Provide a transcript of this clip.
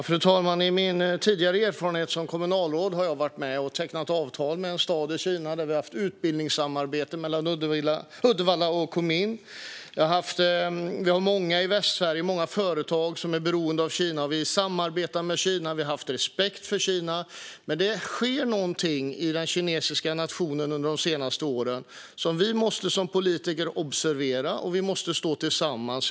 Fru talman! I min tidigare egenskap av kommunalråd har jag varit med och tecknat avtal med en stad i Kina; vi har haft utbildningssamarbeten mellan Uddevalla och Kunming. Vi har många företag i Västsverige som är beroende av Kina, och vi samarbetar med Kina och har haft respekt för Kina. Men det har skett någonting i den kinesiska nationen under de senaste åren som vi som politiker måste observera, och vi måste stå tillsammans.